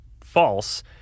false